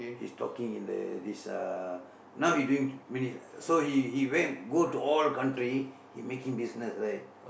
he's talking in the this uh now he doing mini~ so he he went go to all country he making business right